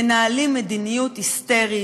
מנהלים מדיניות היסטרית,